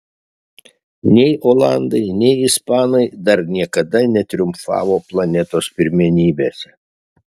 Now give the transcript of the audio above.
nei olandai nei ispanai dar niekada netriumfavo planetos pirmenybėse